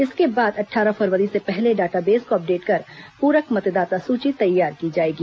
इसके बाद अट्ठारह फरवरी से पहले डॉटाबेस को अपडेट कर प्रक मतदाता सूची तैयार की जाएगी